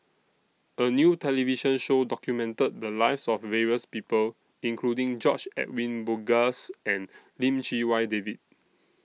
A New television Show documented The Lives of various People including George Edwin Bogaars and Lim Chee Wai David